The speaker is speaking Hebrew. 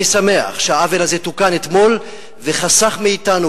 אני שמח שהעוול הזה תוקן אתמול וחסך מאתנו,